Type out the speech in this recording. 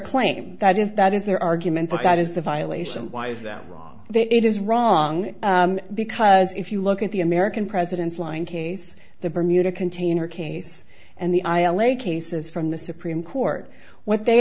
claim that is that is their argument but that is the violation why is them wrong that it is wrong because if you look at the american presidents line case the bermuda container case and the aisle a cases from the supreme court what they